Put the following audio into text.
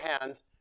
hands